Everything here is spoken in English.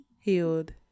Healed